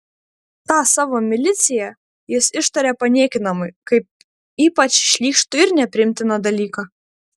tą savo miliciją jis ištaria paniekinamai kaip ypač šlykštų ir nepriimtiną dalyką